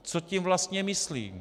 Co tím vlastně myslí?